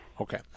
okay